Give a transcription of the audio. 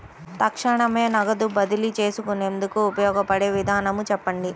తక్షణమే నగదు బదిలీ చేసుకునేందుకు ఉపయోగపడే విధానము చెప్పండి?